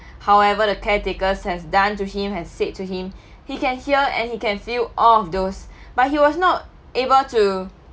however the caretakers has done to him has said to him he can hear and he can feel all of those but he was not able to